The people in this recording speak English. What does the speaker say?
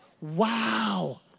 wow